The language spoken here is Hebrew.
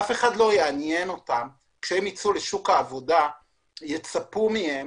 אף אחד לא יעניין אותם כשהם יצאו לשוק העבודה ויצפו מהם